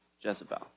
Jezebel